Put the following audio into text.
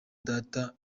data